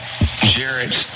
Jared